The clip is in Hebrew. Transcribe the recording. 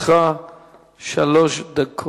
לרשותך שלוש דקות.